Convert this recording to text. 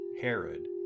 Herod